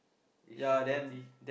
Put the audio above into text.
is she pretty